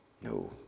No